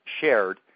shared